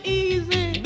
easy